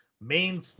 main